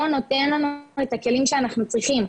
לא נותן לנו את הכלים שאנחנו צריכים.